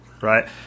right